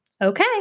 Okay